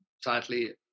sadly